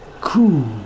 cool